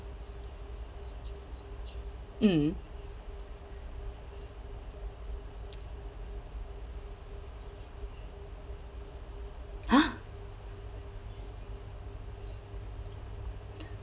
mm ha